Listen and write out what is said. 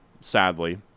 sadly